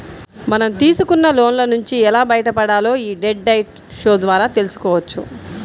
మనం తీసుకున్న లోన్ల నుంచి ఎలా బయటపడాలో యీ డెట్ డైట్ షో ద్వారా తెల్సుకోవచ్చు